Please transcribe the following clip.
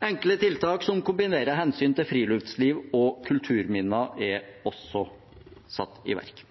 Enkle tiltak som kombinerer hensyn til friluftsliv og kulturminner, er også satt i verk.